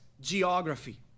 geography